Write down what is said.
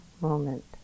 moment